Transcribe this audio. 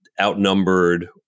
outnumbered